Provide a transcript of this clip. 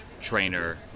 trainer